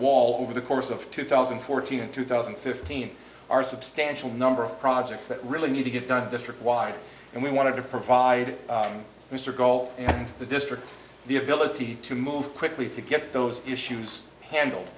wall over the course of two thousand and fourteen and two thousand and fifteen are substantial number of projects that really need to get done district wide and we want to provide mr gold and the district the ability to move quickly to get those issues handled